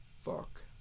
fuck